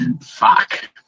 Fuck